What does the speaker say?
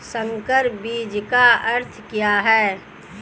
संकर बीज का अर्थ क्या है?